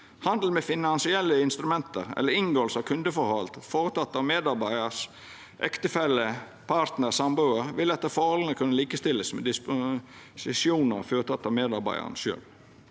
«Handel med finansielle instrumenter eller inngåelse av kundeforhold foretatt av medarbeidernes ektefelle/registrerte partner/samboer, vil etter forholdene kunne likestilles med disposisjoner foretatt av medarbeideren selv.»